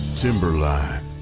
Timberline